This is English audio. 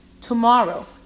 tomorrow